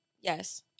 Yes